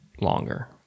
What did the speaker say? longer